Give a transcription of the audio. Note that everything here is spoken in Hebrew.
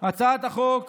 הצעת חוק